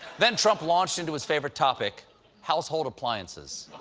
then trump launched into his favorite topic household appliances.